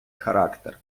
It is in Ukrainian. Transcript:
характер